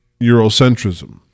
Eurocentrism